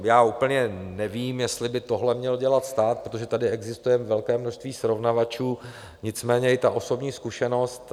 Já úplně nevím, jestli by tohle měl dělat stát, protože tady existuje velké množství srovnávačů, nicméně i ta osobní zkušenost.